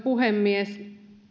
puhemies